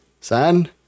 son